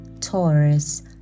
Taurus